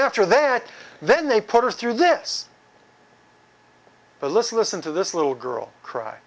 after that then they put us through this but let's listen to this little girl cry